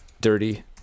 Dirty